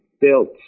built